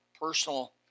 personal